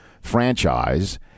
franchise